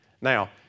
Now